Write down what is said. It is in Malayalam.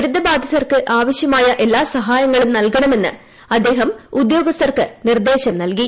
ദുരിതബാധിതർക്ക് ആവശ്യമായ എല്ലാ സഹായങ്ങളും നൽകണമെന്ന് അദ്ദേഹം ഉദ്യോഗസ്ഥർക്ക് നിർദ്ദേശം നൽകി